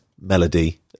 melody